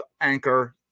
Anchor